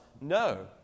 no